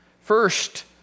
First